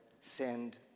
send